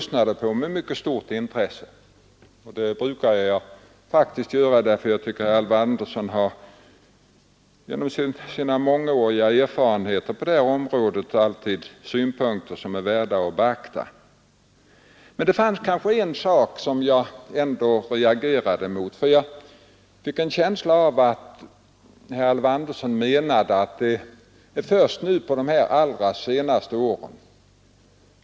Men de bärande tankegångarna som kommittén förde fram — och som jag tycker är radikala om vi jämför med vad man gör i andra länder — står nu riksdagen beredd att acceptera. Vi får en lagstiftning och en organisation med belåningsmöjligheter för att verkligen åstadkomma en förbättring av det gamla bostadsbeståndet.